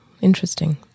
Interesting